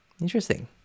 Interesting